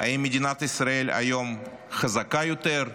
האם מדינת ישראל היום חזקה יותר?